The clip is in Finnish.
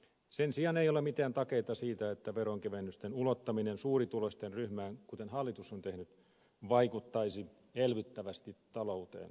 sen sijaan ei ole mitään takeita siitä että veronkevennysten ulottaminen suurituloisten ryhmään kuten hallitus on tehnyt vaikuttaisi elvyttävästi talouteen